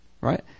Right